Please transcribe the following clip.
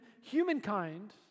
humankind